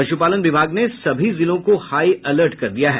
पशुपालन विभाग ने सभी जिलों को हाई अलर्ट कर दिया है